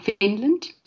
finland